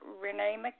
Renee